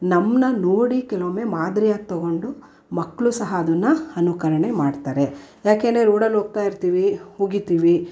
ನಮ್ಮನ್ನು ನೋಡಿ ಕೆಲವೊಮ್ಮೆ ಮಾದರಿಯಾಗಿ ತೆಗೊಂಡು ಮಕ್ಕಳು ಸಹ ಅದನ್ನ ಅನುಕರಣೆ ಮಾಡ್ತಾರೆ ಯಾಕೆಂದರೆ ರೋಡಲ್ಲಿ ಹೋಗ್ತಾ ಇರ್ತೀವಿ ಉಗೀತಿವಿ